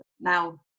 now